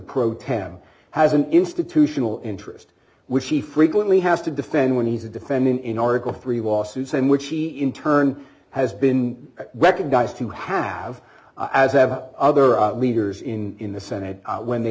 pro tem has an institutional interest which he frequently has to defend when he's a defendant in article three lawsuits and which he in turn has been recognized to have as have other leaders in the senate when they